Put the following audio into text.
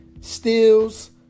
steals